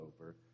over